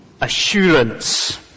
assurance